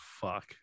fuck